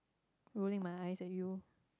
rolling my eyes at you